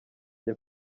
njye